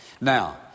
Now